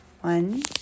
One